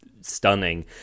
stunning